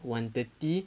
one thirty